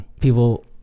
people